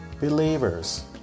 believers